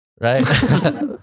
Right